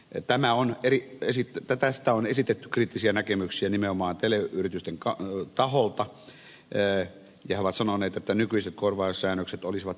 ei tämä on erittäin sytytä tästä on esitetty kriittisiä näkemyksiä nimenomaan teleyritysten taholta ja ne ovat sanoneet että nykyiset korvaussäännökset olisivat riittäneet